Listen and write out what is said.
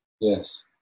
Yes